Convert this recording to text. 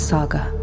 Saga